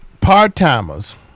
Part-timers